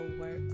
work